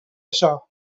això